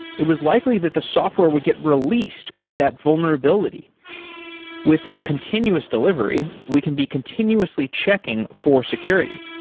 it was likely that the software would get released with that vulnerability with continuous delivery, we can be continuously checking for security.